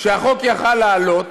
שהחוק היה יכול לעלות